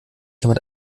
jemand